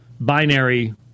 binary